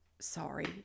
Sorry